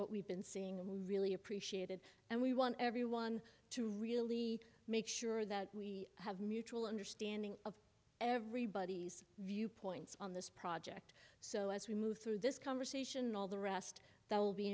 what we've been seeing really appreciated and we want everyone to really make sure that we have mutual understanding of everybody's viewpoints on this project so as we move through this conversation all the rest that will be